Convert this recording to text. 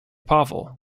pavel